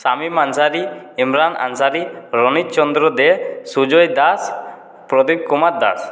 Shamim Ansari Imran Ansari Ranitchandra De Sujoy Das Pradip Kumar Das